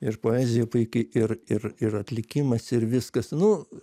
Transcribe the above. ir poezija puiki ir ir ir atlikimas ir viskas nu